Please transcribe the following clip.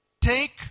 Take